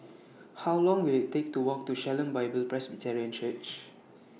How Long Will IT Take to Walk to Shalom Bible Presbyterian Church